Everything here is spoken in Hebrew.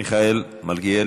חבר הכנסת מיכאל מלכיאלי,